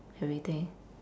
everything